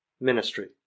ministry